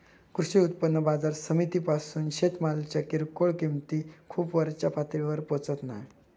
कृषी उत्पन्न बाजार समितीपासून शेतमालाच्या किरकोळ किंमती खूप वरच्या पातळीवर पोचत नाय